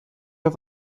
auf